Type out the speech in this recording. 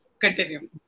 Continue